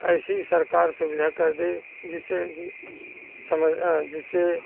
ऐसी सरकार सुविधा कर दे जिससे कि समझ जिसे